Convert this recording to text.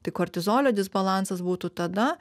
tai kortizolio disbalansas būtų tada